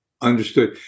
Understood